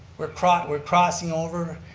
we're crossing we're crossing over